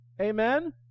Amen